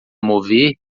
mover